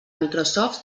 microsoft